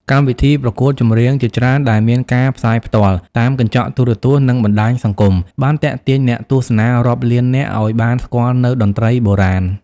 កម្មវិធីប្រកួតចម្រៀងជាច្រើនដែលមានការផ្សាយផ្ទាល់តាមកញ្ចក់ទូរទស្សន៍និងបណ្ដាញសង្គមបានទាក់ទាញអ្នកទស្សនារាប់លាននាក់ឲ្យបានស្គាល់នូវតន្ត្រីបុរាណ។